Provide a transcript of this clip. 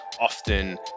often